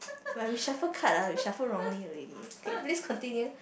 when we shuffle card ah we shuffle wrongly already okay please continue